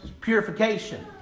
purification